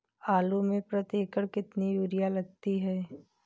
आलू में प्रति एकण कितनी यूरिया लगती है?